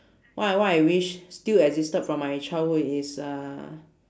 what I what I wish still existed from my childhood is uh